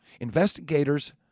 Investigators